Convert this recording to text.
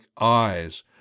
eyes